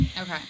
Okay